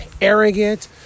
arrogant